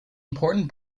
important